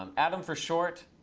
um adam for short.